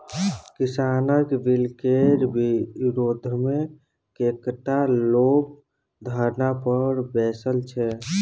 किसानक बिलकेर विरोधमे कैकटा लोग धरना पर बैसल छै